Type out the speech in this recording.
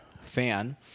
fan